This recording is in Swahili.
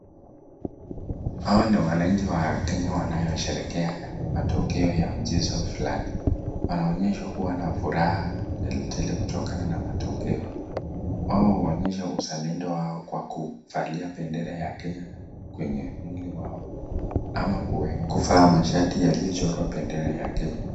Hawa ni wananchi wa Kenya wanaosherehekea matokeo ya mchezo fulani. Wanaonyeshwa kuwa na furaha teletele kutokana na matokeo. Wao huonyesha uzalendo wao kwa kuvalia bendera ya Kenya kwenye mwili wao ama kuvaa mashati yaliyochorwa bendera ya Kenya.